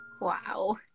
Wow